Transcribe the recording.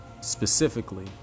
specifically